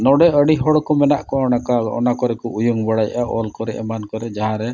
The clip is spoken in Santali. ᱱᱚᱰᱮ ᱟᱹᱰᱤ ᱦᱚᱲᱠᱚ ᱢᱮᱱᱟᱜᱠᱚ ᱚᱱᱟᱠᱟ ᱚᱱᱟ ᱠᱚᱨᱮᱠᱚ ᱩᱭᱩᱝ ᱵᱟᱲᱟᱭᱮᱜᱼᱟ ᱚᱞ ᱠᱚᱨᱮ ᱮᱢᱟᱱ ᱠᱚᱨᱮ ᱡᱟᱦᱟᱨᱮ